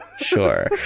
Sure